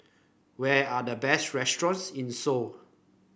where are the best restaurants in Seoul